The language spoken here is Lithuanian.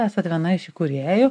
esat viena iš įkūrėjų